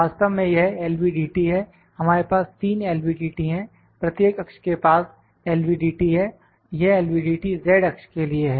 वास्तव में यह LVDT है हमारे पास 3 LVDT है प्रत्येक अक्ष के पास LVDT है यह LVDT z अक्ष के लिए है